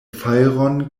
fajron